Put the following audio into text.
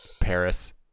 Paris